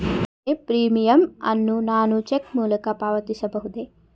ವಿಮೆ ಪ್ರೀಮಿಯಂ ಅನ್ನು ನಾನು ಚೆಕ್ ಮೂಲಕ ಪಾವತಿಸಬಹುದೇ?